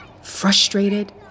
frustrated